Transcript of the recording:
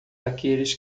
aqueles